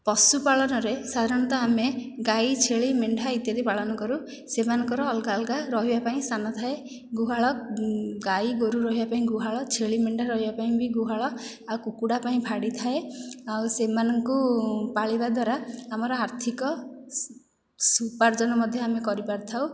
ପଶୁପାଳନରେ ସାଧାରଣତଃ ଆମେ ଗାଈ ଛେଳି ମେଣ୍ଢା ଇତ୍ୟାଦି ପାଳନ କରୁ ସେମାନଙ୍କର ଅଲଗା ଅଲଗା ରହିବା ପାଇଁ ସ୍ଥାନ ଥାଏ ଗୁହାଳ ଗାଈ ଗୋରୁ ରହିବା ପାଇଁ ଗୁହାଳ ଛେଳି ମେଣ୍ଢା ରହିବା ପାଇଁ ବି ଗୁହାଳ ଆଉ କୁକୁଡ଼ା ପାଇଁ ଭାଡ଼ି ଥାଏ ଆଉ ସେମାନଙ୍କୁ ପାଳିବା ଦ୍ୱାରା ଆମର ଆର୍ଥିକ ଉପାର୍ଜନ ମଧ୍ୟ ଆମେ କରିପାରିଥାଉ